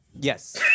yes